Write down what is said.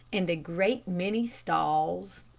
and a great many stalls.